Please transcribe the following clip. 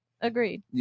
Agreed